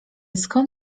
skąd